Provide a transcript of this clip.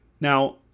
Now